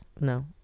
No